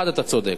1. אתה צודק,